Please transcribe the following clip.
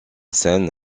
scène